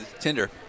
Tinder